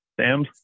Sam